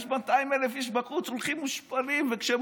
יש 200,000 איש בחוץ שהולכים מושפלים כשהם